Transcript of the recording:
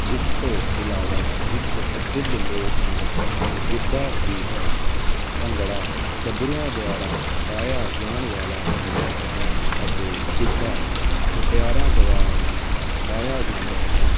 ਇਸ ਤੋਂ ਇਲਾਵਾ ਇੱਕ ਪ੍ਰਸਿੱਧ ਲੋਕ ਨਾਚ ਗਿੱਧਾ ਵੀ ਹੈ ਭੰਗੜਾ ਗੱਭਰੂਆਂ ਦੁਆਰਾ ਪਾਇਆ ਜਾਣ ਵਾਲ਼ਾ ਨਾਚ ਹੈ ਅਤੇ ਗਿੱਧਾ ਮੁਟਿਆਰਾਂ ਦੁਆਰਾ ਪਾਇਆ ਜਾਂਦਾ ਹੈ